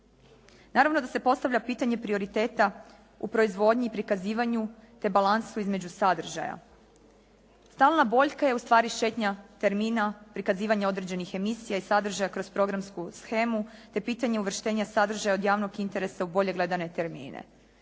Naravno da se postavlja pitanje prioriteta u proizvodnji i prikazivanju te balansu između sadržaja. Stalna boljka je ustvari šetnja termina prikazivanja određenih emisija i sadržaja kroz programsku shemu te pitanje uvrštenja sadržaja od javnog interesa u bolje gledane termine.